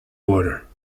water